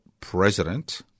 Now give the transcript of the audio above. president